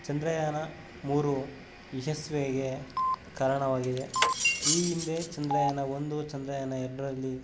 ಚಂದ್ರಯಾನ ಮೂರು ಯಶಸ್ವಿಯಾಗಿ ಕಾರಣವಾಗಿದೆ ಈ ಹಿಂದೆ ಚಂದ್ರಯಾನ ಒಂದು ಚಂದ್ರಯಾನ ಎರಡರಲ್ಲಿ